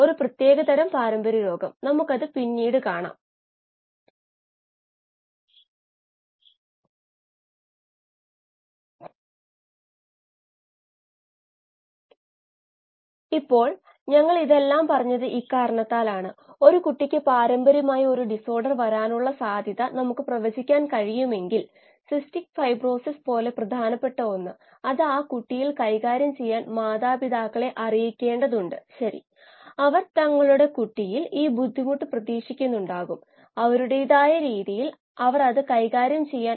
അതിനാൽ നമ്മൾ അലിഞ്ഞു ചേർന്ന ഓക്സിജൻ അളവ് മില്ലിവോൾട്ട്സിൽ കാണുന്നു